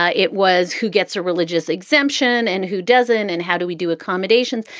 ah it was who gets a religious exemption and who doesn't? and how do we do accommodations?